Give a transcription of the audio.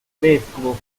vescovo